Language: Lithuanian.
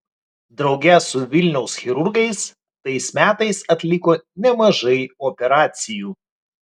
drauge su vilniaus chirurgais tais metais atliko nemažai operacijų